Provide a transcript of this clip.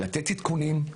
לתת עדכונים,